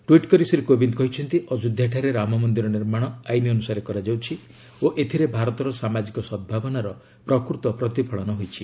tweet କରି ଶ୍ରୀ କୋବିନ୍ଦ କହିଛନ୍ତି ଅଯୋଧ୍ୟାଠାରେ ରାମମନ୍ଦିର ନିର୍ମାଣ ଆଇନ ଅନୁସାରେ କରାଯାଉଛି ଓ ଏଥିରେ ଭାରତର ସାମାଜିକ ସଦ୍ଭାବନାର ପ୍ରକୃତ ପ୍ରତିଫଳନ ହୋଇଛି